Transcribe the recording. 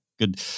good